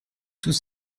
tous